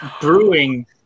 brewing